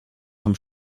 vom